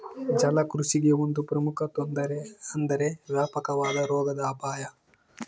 ಜಲಕೃಷಿಗೆ ಒಂದು ಪ್ರಮುಖ ತೊಂದರೆ ಎಂದರೆ ವ್ಯಾಪಕವಾದ ರೋಗದ ಅಪಾಯ